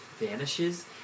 vanishes